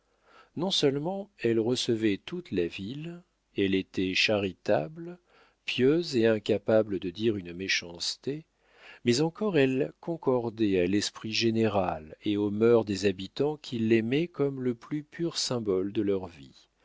alençon non-seulement elle recevait toute la ville elle était charitable pieuse et incapable de dire une méchanceté mais encore elle concordait à l'esprit général et aux mœurs des habitants qui l'aimaient comme le plus pur symbole de leur vie